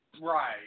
Right